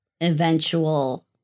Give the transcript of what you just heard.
eventual